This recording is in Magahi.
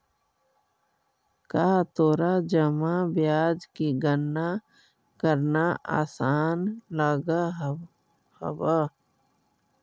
का तोरा जमा ब्याज की गणना करना आसान लगअ हवअ